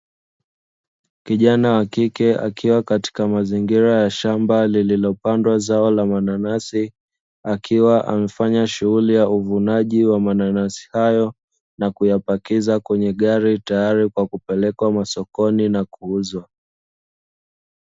Kijana wa kike akiwa katika mazingira ya shamba lililopandwa zao la mananasi, akiwa anafanya shughuli ya uvunaji wa mananasi hayo, na kuyapakiza kwenye gari, tayari kwa kupelekwa masokoni na kuuzwa.